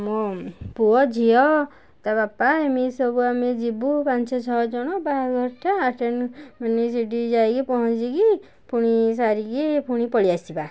ମୋ ପୁଅ ଝିଅ ତା' ବାପା ଏମିତି ସବୁ ଆମେ ଯିବୁ ପାଞ୍ଚ ଛଅଜଣ ବାହାଘରଟା ଆଟେଣ୍ଡ ମାନେ ସେଠି ଯାଇକି ପହଞ୍ଚିକି ପୁଣି ସାରିକି ପୁଣି ପଳାଇ ଆସିବା